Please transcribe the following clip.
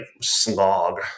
slog